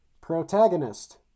Protagonist